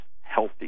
healthy